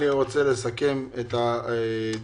אני רוצה לסכם את הדיון.